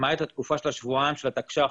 למעט התקופה של השבועיים של התקש"ח,